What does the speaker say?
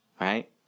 Right